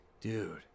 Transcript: dude